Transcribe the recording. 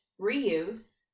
reuse